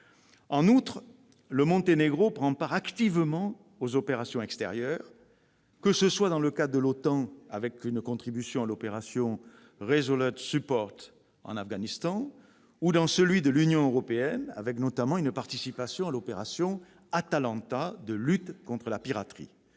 En outre, le Monténégro prend activement part aux opérations extérieures, dans le cadre de l'OTAN, avec une contribution à l'opération en Afghanistan, ou dans celui de l'Union européenne, avec notamment une participation à l'opération Atalanta de lutte contre la piraterie.